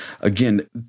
again